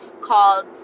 Called